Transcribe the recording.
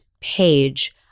page